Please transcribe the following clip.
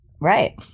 Right